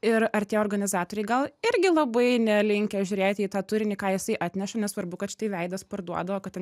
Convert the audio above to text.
ir ar tie organizatoriai gal irgi labai nelinkę žiūrėti į tą turinį ką jisai atneša nesvarbu kad štai veidas parduoda o kad ten